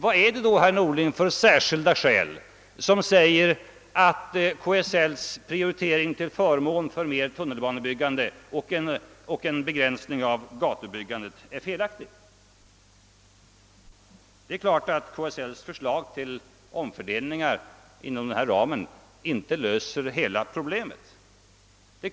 Vilka särskilda skäl finns det då, herr Norling, som säger att KSL:s prioritering till förmån för mer tunnelbanebyggande och en begränsning av gatubyggandet är felaktig? Det är klart att KSL:s förslag till omfördelning inom denna ram inte löser hela problemet.